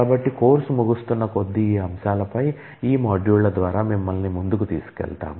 కాబట్టి కోర్సు ముగుస్తున్న కొద్దీ ఈ అంశాలపై ఈ మాడ్యూళ్ల ద్వారా మిమ్మల్ని ముందుకి తీసుకెళ్తాము